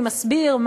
מי מסביר,